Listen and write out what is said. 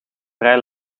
vrij